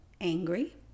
angry